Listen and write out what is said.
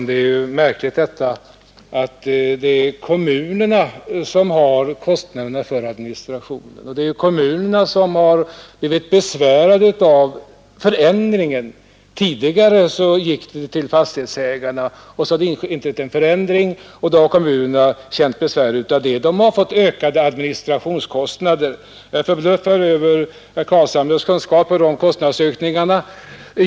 Herr talman! Det är ju kommunerna som står för kostnaderna för administrationen som har blivit besvärade av förändringen. Tidigare skedde utbetalningen till fastighetsägarna, men när det inträdde en förändring fick kommunerna besvär med detta och ökade administrationskostnader. Jag är förbluffad över herr Carlshamres kunskaper om kostnadsökningarna.